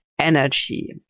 energy